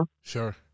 Sure